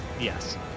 Yes